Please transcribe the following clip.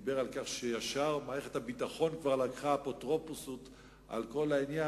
דיבר על כך שמערכת הביטחון ישר לקחה אפוטרופסות על כל העניין.